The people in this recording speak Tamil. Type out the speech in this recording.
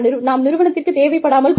நாம் நிறுவனத்திற்கு தேவைப்படாமல் போகலாம்